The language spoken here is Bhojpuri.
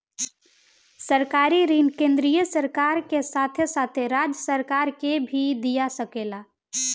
सरकारी ऋण केंद्रीय सरकार के साथे साथे राज्य सरकार के भी दिया सकेला